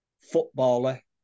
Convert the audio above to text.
footballer